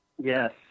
Yes